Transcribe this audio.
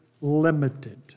limited